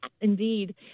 indeed